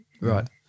Right